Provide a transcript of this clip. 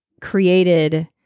created